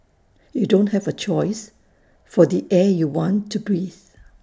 you don't have A choice for the air you want to breathe